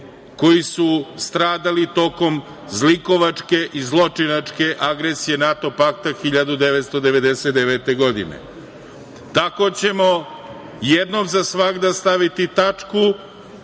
koji su stradali tokom zlikovačke i zločinačke agresije NATO pakta 1999. godine. Tako ćemo jednom za svagda staviti tačku